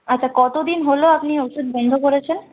আচ্ছা কতদিন হলো আপনি ওষুধ বন্ধ করেছেন